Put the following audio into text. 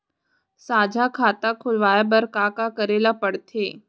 साझा खाता खोलवाये बर का का करे ल पढ़थे?